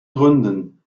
gründen